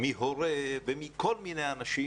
מהורה ומכל מיני אנשים,